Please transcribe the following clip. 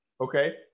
Okay